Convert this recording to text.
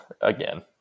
again